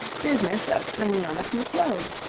business of flinging on a few clothes.